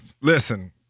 listen